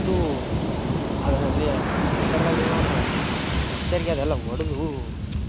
ಅದು ಅದರಲ್ಲಿ ಕುಕ್ಕರ್ನಲ್ಲಿರೋ ಒಂದು ಪ್ರೆಶರ್ಗೆ ಅದೆಲ್ಲ ಹೊಡ್ದು